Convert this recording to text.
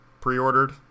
pre-ordered